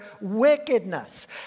wickedness